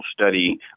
study